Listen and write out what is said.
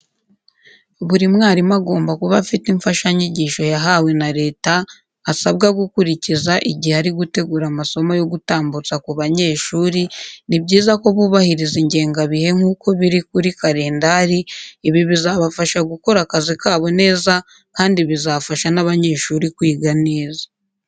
Buri mwarimu agomba kuba afite imfashanyigisho yahawe na leta asabwa gukurikiza igihe ari gutegura amasomo yo gutambutsa ku banyeshuri, ni byiza ko bubahiriza ingengabihe nk'uko biri kuri karendari, ibi bizabafasha gukora akazi kabo neza kandi bizafasha n'abanyeshuri kwiga neza.